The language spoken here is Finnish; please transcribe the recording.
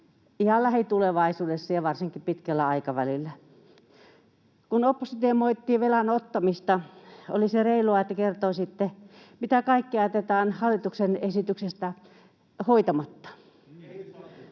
ihan lähitulevaisuudessa ja varsinkin pitkällä aikavälillä. Kun oppositio moittii velan ottamista, olisi reilua, että kertoisitte, mitä kaikkea jätetään hallituksen esityksestä hoitamatta.